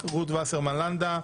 רות וסרמן לנדה,